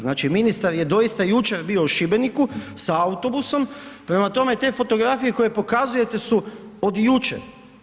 Znači ministar je doista jučer bio u Šibeniku sa autobusom, prema tome te fotografije koje pokazujete su od jučer.